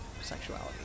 sexuality